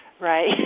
right